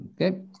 Okay